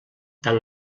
tant